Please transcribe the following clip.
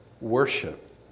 worship